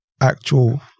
actual